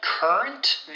Current